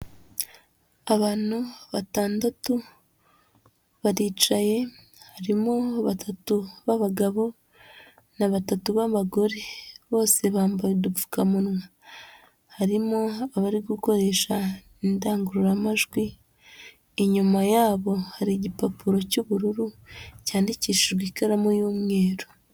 Abantu batandatu baricaye, harimo batatu b'abagabo na batatu b'abagore, bose bambaye udupfukamunwa. Harimo abari gukoresha indangururamajwi, inyuma yabo hari igipapuro cy'ubururu cyandikishijwe ikaramu y'umweru.